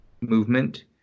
movement